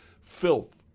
Filth